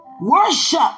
Worship